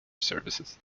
services